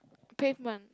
pavement